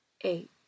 eight